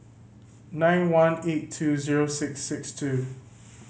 nine one eight two zero six six two